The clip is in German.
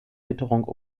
witterung